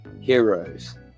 Heroes